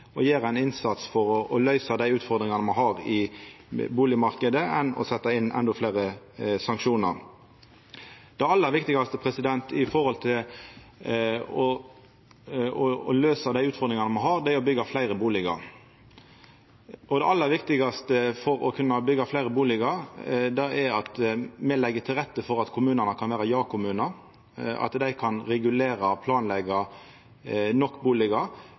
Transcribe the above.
og gjera ein innsats for å løysa dei utfordringane me har i bustadmarknaden, enn å setja inn endå fleire sanksjonar. Det aller viktigaste for å løysa dei utfordringane me har, er å byggja fleire bustader. Det aller viktigaste for å kunna byggja fleire bustader, er at me legg til rette for at kommunane kan vera ja-kommunar – at dei kan regulera og planleggja nok